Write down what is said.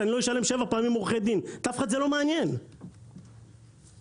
שאני לא אשלם שבע פעמים על עורכי דין" זה לא מעניין אף אחד.